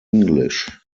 english